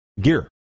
gear